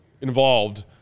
involved